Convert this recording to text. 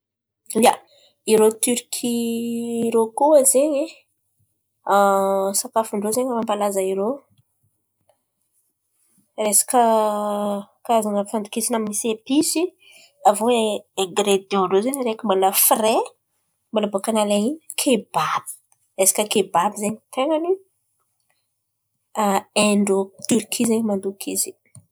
Ia, irô Tiriky io koa zen̈y sakafon-drô zen̈y mampalaza irô, resaka fandokisan̈a misy episy. Avô e aigiredrô ndrô zen̈y areky mbala fire, areky baka nalen̈a Keba, resaka Keba ten̈a ny hain-drô tiriky zen̈y mandoky izy.